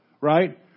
right